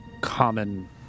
common